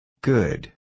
Good